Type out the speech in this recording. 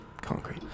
Concrete